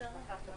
בהצלחה לכולם.